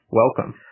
welcome